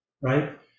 right